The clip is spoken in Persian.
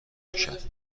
کرد